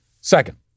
Second